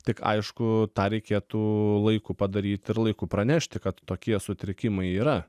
tik aišku tą reikėtų laiku padaryt ir laiku pranešti kad tokie sutrikimai yra